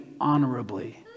honorably